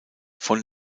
von